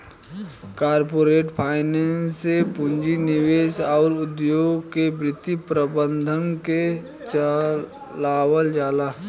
corporate finance से पूंजी निवेश अउर उद्योग के वित्त प्रबंधन के चलावल जाला